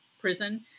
prison